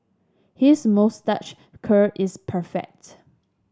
his moustache curl is perfect